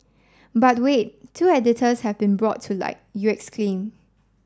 but wait two editors have been brought to light you exclaim